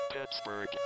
Pittsburgh